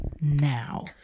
now